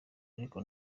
ariko